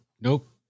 nope